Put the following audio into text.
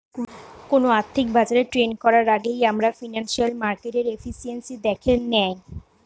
কোনো আর্থিক বাজারে ট্রেড করার আগেই আমরা ফিনান্সিয়াল মার্কেটের এফিসিয়েন্সি দ্যাখে নেয়